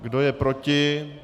Kdo je proti?